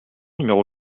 numéro